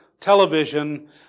television